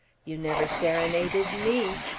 you never serenaded me!